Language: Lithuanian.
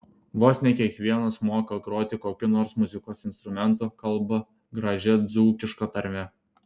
vos ne kiekvienas moka groti kokiu nors muzikos instrumentu kalba gražia dzūkiška tarme